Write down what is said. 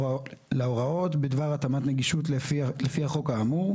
להוראות בדבר התאמת נגישות לפי החוק האמור.